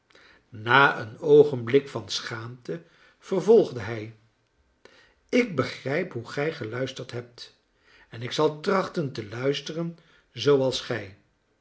na een oogenblik van schaamte vervolgde hij ik begrijp hoe gij geluisterd hebt en ik zal trachten te luisteren zooals gij